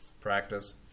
practice